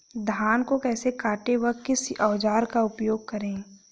धान को कैसे काटे व किस औजार का उपयोग करें?